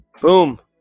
Boom